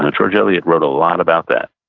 ah george eliot wrote a lot about that.